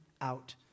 out